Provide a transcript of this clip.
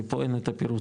כי פה אין את הפירוט.